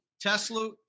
Tesla